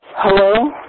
Hello